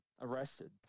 arrested